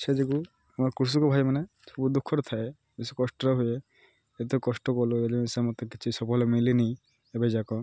ସେ ଯୋଗୁଁ ଆମର କୃଷକ ଭାଇମାନେ ସବୁ ଦୁଃଖରେ ଥାଏ ବେଶୀ କଷ୍ଟରେ ହୁଏ ଏତେ କଷ୍ଟ କଲୁ ସେ ମତେ କିଛି ସଫଳ ମିଲିନି ଏବେ ଯାକ